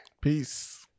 Peace